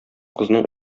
кызның